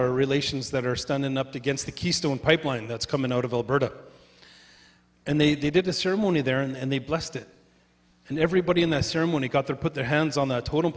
our relations that are standing up against the keystone pipeline that's coming out of alberta and they did a ceremony there and they blessed it and everybody in the ceremony got there put their hands on the totem